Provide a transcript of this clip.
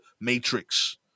matrix